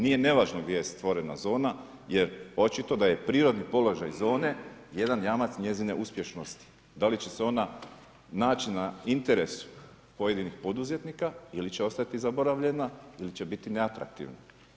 Nije nevažno gdje je stvorena zona jer očito da je prirodni položaj zone jedan jamac jedne uspješnosti, da li će se ona naći na interesu pojedinih poduzetnika ili će ostati zaboravljena ili će biti neatraktivna.